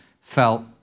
felt